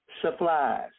supplies